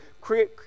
create